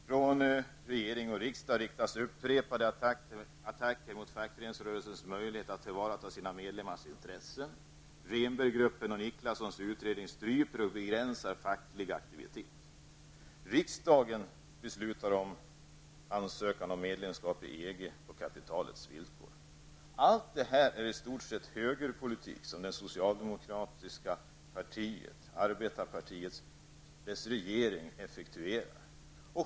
Från regering och riksdag riktas upprepade attacker mot fackföreningsrörelsens möjligheter att tillvarata sina medlemmars intressen. Rehnberggruppen och Nicklassons utredning stryper och begränsar facklig aktivitet. Allt detta är i stort sett högerpolitik som det socialdemokratiska arbetarpartiets regering effektuerar.